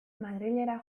madrilera